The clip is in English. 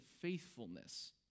faithfulness